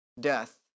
death